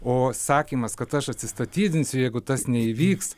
o sakymas kad aš atsistatydinsiu jeigu tas neįvyks